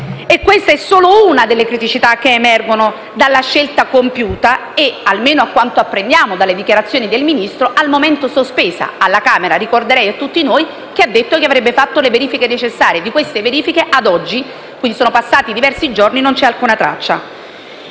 E questa è solo una delle criticità che emergono dalla scelta compiuta e - almeno a quanto apprendiamo dalle dichiarazioni del Ministro - al momento sospesa. Ricordo a tutti che alla Camera il Ministro ha dichiarato che avrebbe fatto le verifiche necessarie. Ma di queste verifiche ad oggi - sono passati diversi giorni - non c'è alcuna traccia.